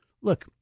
look